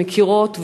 מכירות וחוקרות,